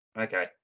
Okay